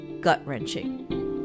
gut-wrenching